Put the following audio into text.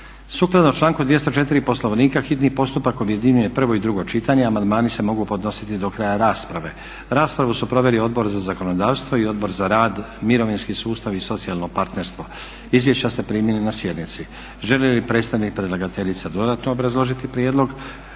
Sukladno članku 204. Poslovnika hitni postupak objedinjuje prvo i drugo čitanje, amandmani se mogu podnositi do kraja rasprave. Raspravu su proveli Odbor za zakonodavstvo i Odbor za rad, mirovinski sustav i socijalno partnerstvo. Izvješća ste primili na sjednici. Želi li predstavnik predlagateljice dodatno obrazložiti prijedlog?